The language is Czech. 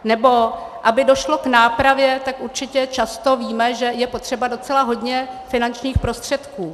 Nebo aby došlo k nápravě, tak určitě často víme, že je potřeba docela hodně finančních prostředků.